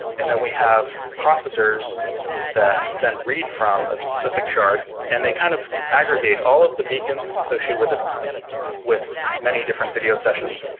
and then we have processors that then read from a specific shard and they kind of aggregate all of the beacons associated with ah with many different video sessions.